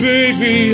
Baby